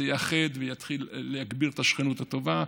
זה יאחד ויתחיל להגביר את השכנות הטובה.